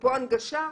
אפרופו הנגשה,